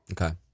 Okay